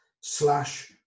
slash